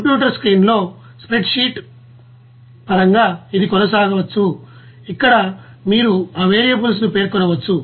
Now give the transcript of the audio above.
computer స్క్రీన్లో spreadsheet పరంగా ఇది కొనసాగవచ్చు ఇక్కడ మీరు ఆ వేరియబుల్స్ను పేర్కొనవచ్చు